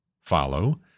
follow